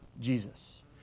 Jesus